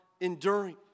enduring